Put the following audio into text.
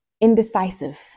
indecisive